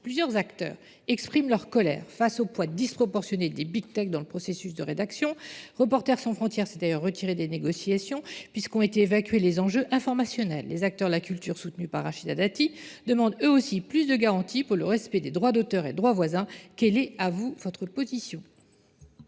Plusieurs acteurs expriment leur colère face au poids disproportionné des Big Tech dans le processus de rédaction. Reporters Sans Frontières s'est d'ailleurs retiré des négociations puisqu'ont été évacués les enjeux informationnels. Les acteurs La Culture, soutenus par Rachida Dati, demandent eux aussi plus de garanties pour le respect des droits d'auteur et droits voisins. Quel est à vous votre position ?